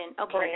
okay